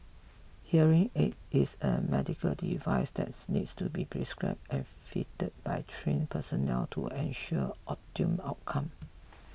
hearing aid is a medical device that needs to be prescribed and fitted by trained personnel to ensure optimum outcome